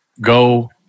Go